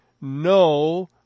no